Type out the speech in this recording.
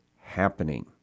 happening